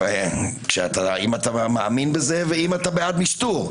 אם אתה מאמין בזה ואם אתה בעד משטור.